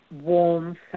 warmth